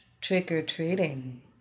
trick-or-treating